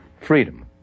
freedom